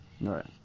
right